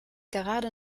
gerade